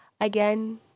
again